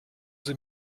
sie